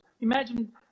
Imagine